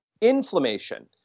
Inflammation